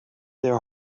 their